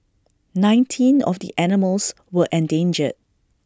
nineteen of the animals were endangered